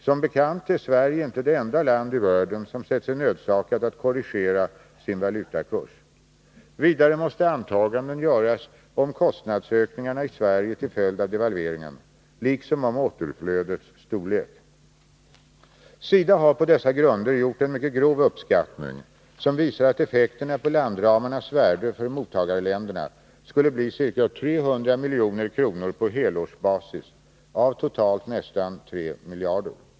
Som bekant är Sverige inte det enda land i världen som sett sig nödsakat att korrigera sin valutakurs. Vidare måste antaganden göras om kostnadsökningarna i Sverige till följd av devalveringen, liksom om återflödets storlek. SIDA har på dessa grunder gjort en mycket grov uppskattning som visar att effekterna på landramarnas värde för mottagarländerna skulle bli ca 300 milj.kr. på helårsbasis av totalt nästan 3 miljarder.